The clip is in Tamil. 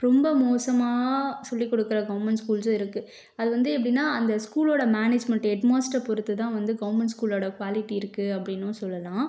ரொம்ப மோசமாக சொல்லிக்கொடுக்குற கவர்மெண்ட் ஸ்கூல்ஸும் இருக்குது அது வந்து எப்படின்னா அந்த ஸ்கூலோட மேனேஜ்மெண்ட் ஹெட்மாஸ்ட்ரை பொறுத்துதான் வந்து கவர்மெண்ட் ஸ்கூலோடய குவாலிட்டி இருக்குது அப்படின்னும் சொல்லலாம்